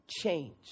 change